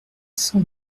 cent